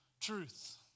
truth